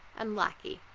and lackey.